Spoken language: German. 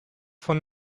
von